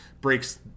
breaks